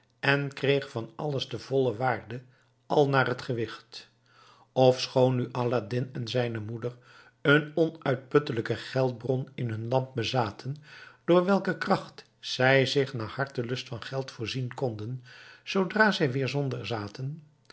en kreeg van alles de volle waarde al naar t gewicht ofschoon nu aladdin en zijne moeder een onuitputtelijke geldbron in hun lamp bezaten door welker kracht zij zich naar hartelust van geld voorzien konden zoodra zij weer zonder zaten